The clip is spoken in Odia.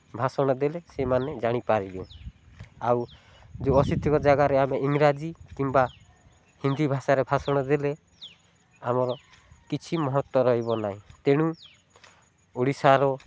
ଭାଷଣ ଦେଲେ ସେମାନେ ଜାଣିପାରିବେ ଆଉ ଯେଉଁ ଅଶିକ୍ଷିତ ଜାଗାରେ ଆମେ ଇଂରାଜୀ କିମ୍ବା ହିନ୍ଦୀ ଭାଷାରେ ଭାଷଣ ଦେଲେ ଆମର କିଛି ମହତ୍ୱ ରହିବ ନାହିଁ ତେଣୁ ଓଡ଼ିଶାର